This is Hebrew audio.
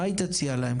מה היא תציע להם?